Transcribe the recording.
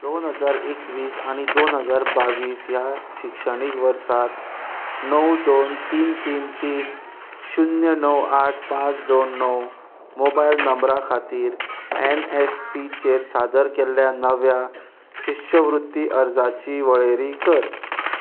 दोन हजार एकवीस आनी दोन हजार बावीस ह्या शिक्षणीक वर्सांत णव दोन तीन तीन तीन शुन्य णव आठ पांच दोन णव मोबायल नंबरा खातीर एन एस पी चेर सादर केल्ल्या नव्या शिश्यवृत्ती अर्जांची वळेरी कर